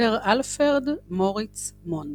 סר אלפרד מוריץ מונד,